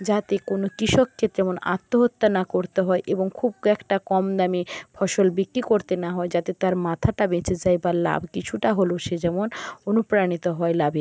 যাতে কোনো কৃষককে যেমন আত্মহত্যা না করতে হয় এবং খুব একটা কম দামে ফসল বিক্রি করতে না হয় যাতে তার মাথাটা বেঁচে যায় বা লাভ কিছুটা হলেও সে যেমন অনুপ্রাণিত হয় লাভে